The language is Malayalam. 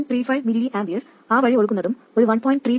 35 mA ആ വഴി ഒഴുകുന്നതും ഒരു 1